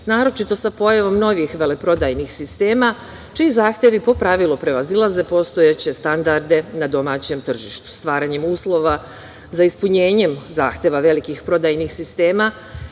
naročito sa pojavom novih veleprodajnih sistema, čiji zahtevi po pravilu prevazilaze postojeće standarde na domaćem tržištu. Stvaranjem uslova za ispunjenjem zahteva velikih prodajnih sistema